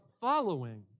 following